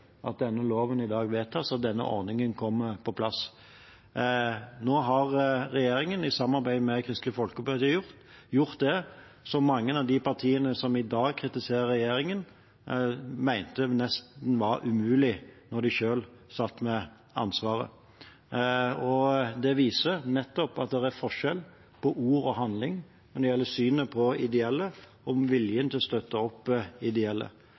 at denne loven i dag vedtas, og at denne ordningen kommer på plass. Nå har regjeringen, med Kristelig Folkeparti, gjort det som mange av de partiene som i dag kritiserer regjeringen, mente var nesten umulig da de selv satt med ansvaret. Det viser nettopp at det er forskjell på ord og handling når det gjelder synet på ideelle og viljen til å støtte opp om ideelle.